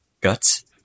Guts